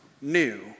new